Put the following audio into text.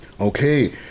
Okay